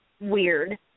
weird